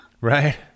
right